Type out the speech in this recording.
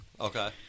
Okay